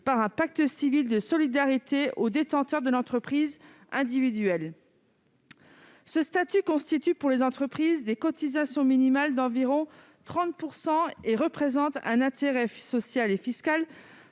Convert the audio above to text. par un pacte civil de solidarité au détenteur de l'entreprise individuelle. Ce statut prévoit, pour les entreprises, des cotisations minimales d'environ 30 %; il représente un intérêt social et fiscal